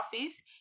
office